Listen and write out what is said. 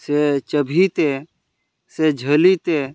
ᱥᱮ ᱪᱟᱹᱵᱷᱤ ᱛᱮ ᱥᱮ ᱡᱷᱟᱹᱞᱤ ᱛᱮ